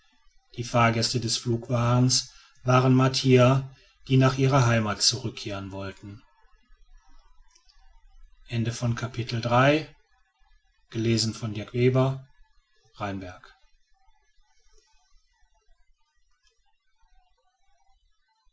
die fahrgäste des flugwagens waren martier die nach ihrer heimat zurückkehren wollten